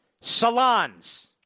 salons